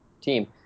team